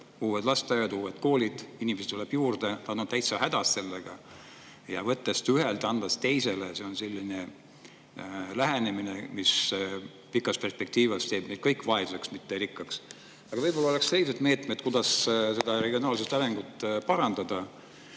uued lasteaiad, uued koolid, inimesi tuleb juurde. Nad on täitsa hädas sellega. Võtta ühelt ja anda teisele – see on selline lähenemine, mis pikas perspektiivis teeb meid kõiki vaeseks, mitte rikkaks. Aga võib-olla on ka meetmed selleks, et regionaalset arengut parandada.